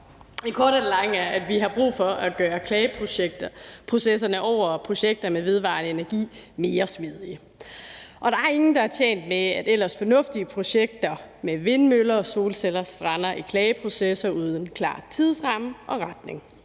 korte og det lange er, at vi har brug for at gøre klageprocesserne over projekter med vedvarende energi mere smidige, og der er ingen, der er tjent med, at ellers fornuftige projekter med vindmøller og solceller strander i klageprocesser uden en klar tidsramme og retning.